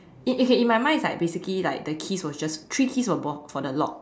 uh okay in my mind it's like basically like the keys was just like three keys were just for the lock